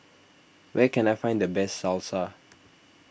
where can I find the best Salsa